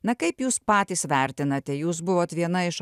na kaip jūs patys vertinate jūs buvot viena iš